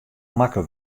makke